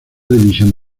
división